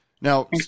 Now